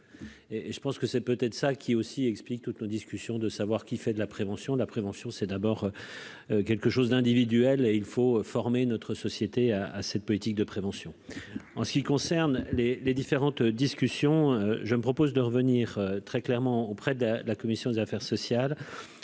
et je pense que c'est peut-être ça qui est aussi, explique toutes nos discussions de savoir qui fait de la prévention, la prévention, c'est d'abord quelque chose d'individuel et il faut former notre société à à cette politique de prévention, en ce qui concerne les, les différentes discussions je me propose de revenir très clairement auprès de la commission des affaires sociales